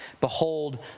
Behold